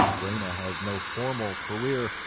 reyna has no formal career,